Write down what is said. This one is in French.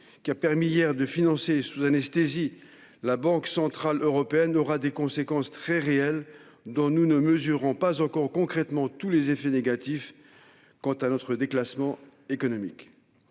que permettait hier de financer sous anesthésie la Banque centrale européenne aura des conséquences très réelles, dont nous ne mesurons pas encore concrètement tous les effets négatifs quant à notre déclassement économique.